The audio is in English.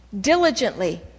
diligently